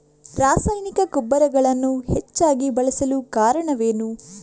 ರಾಸಾಯನಿಕ ಗೊಬ್ಬರಗಳನ್ನು ಹೆಚ್ಚಾಗಿ ಬಳಸಲು ಕಾರಣವೇನು?